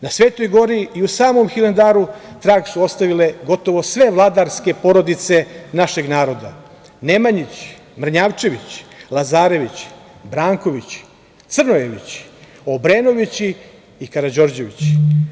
Na Svetoj gori i u samom Hilandaru trag su ostavile gotovo sve vladarske porodice našeg naroda – Nemanjići, Mrnjavčević, Lazarevići, Brankovići, Crnojevići, Obrenovići i Karađorđevići.